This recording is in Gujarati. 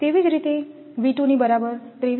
તેવી જ રીતે ની બરાબર 23